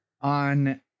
on